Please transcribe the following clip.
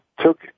took